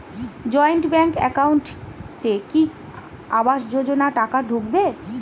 Joint bank একাউন্টে কি আবাস যোজনা টাকা ঢুকবে?